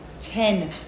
ten